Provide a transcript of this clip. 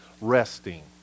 resting